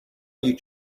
you